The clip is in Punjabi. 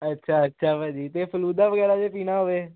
ਅੱਛਾ ਅੱਛਾ ਭਾਅ ਜੀ ਅਤੇ ਫਲੂਦਾ ਵਗੈਰਾ ਜੇ ਪੀਣਾ ਹੋਵੇ